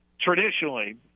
traditionally